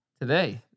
today